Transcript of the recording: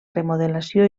remodelació